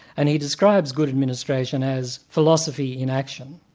and he describes good administration as philosophy in action,